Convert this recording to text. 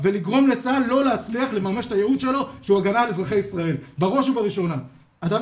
ולגרום לצבא ההגנה לישראל לא להצליח לממש את הייעוד שלו,